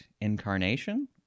incarnation